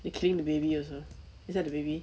you killing the baby also is that the baby